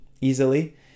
Easily